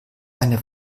eine